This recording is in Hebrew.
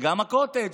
וגם הקוטג'.